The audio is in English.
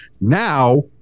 Now